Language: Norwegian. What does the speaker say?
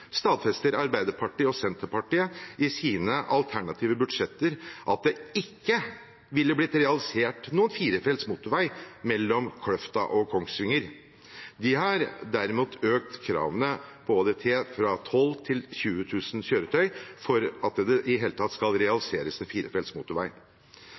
stadfester Arbeiderpartiet og Senterpartiet i sine alternative budsjetter at det ikke ville blitt realisert noen firefelts motorvei mellom Kløfta og Kongsvinger. De har derimot økt kravene på ÅDT fra 12 000 til 20 000 kjøretøy for at det i det hele tatt skal